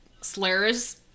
slurs